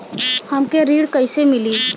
हमके ऋण कईसे मिली?